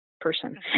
person